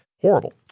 horrible